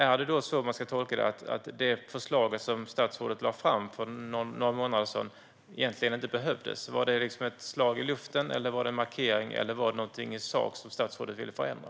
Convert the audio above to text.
Ska man tolka det som att det förslag statsrådet lade fram för några månader sedan egentligen inte behövdes? Var det ett slag i luften, var det en markering eller var det någonting i sak som statsrådet ville förändra?